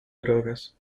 drogas